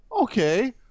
Okay